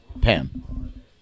Pam